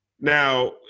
now